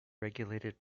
regulated